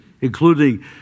including